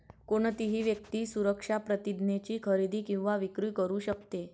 कोणतीही व्यक्ती सुरक्षा प्रतिज्ञेची खरेदी किंवा विक्री करू शकते